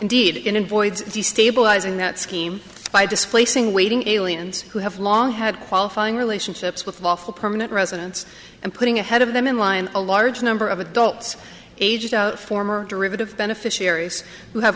indeed in voids destabilizing that scheme by displacing waiting aliens who have long had qualifying relationships with lawful permanent residents and putting ahead of them in line a large number of adults aged out former derivative beneficiaries who have